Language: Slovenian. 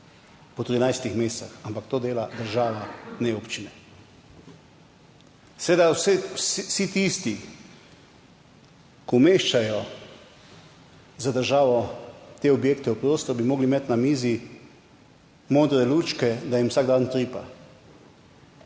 mesecih, ampak to dela država, ne občine. Seveda vsi tisti, ki umeščajo za državo te objekte v prostor, bi morali imeti na mizi modre lučke, da jim vsak dan utripa,